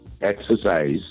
exercise